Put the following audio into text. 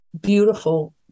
beautiful